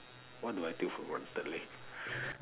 what do I take for granted leh